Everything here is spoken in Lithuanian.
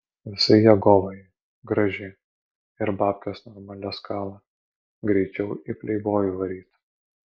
visai jėgova ji graži ir babkes normalias kala greičiau į pleibojų varyt